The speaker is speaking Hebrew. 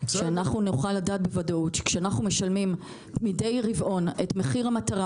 שאנחנו נוכל לדעת בוודאות שכשאנחנו משלמים מדי רבעון את מחיר המטרה